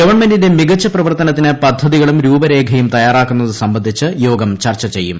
ഗവൺമെന്റിന്റെ മികച്ച പ്രവർത്തനത്തിന് പദ്ധതികളും രൂപരേഖയും തയ്യാറാക്കുന്നത് സംബന്ധിച്ച് യോഗം ചർച്ച ചെയ്യും